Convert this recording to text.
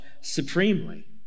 supremely